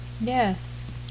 yes